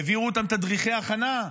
העבירו אותם תדריכי הכנה.